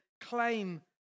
claim